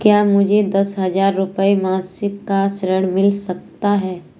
क्या मुझे दस हजार रुपये मासिक का ऋण मिल सकता है?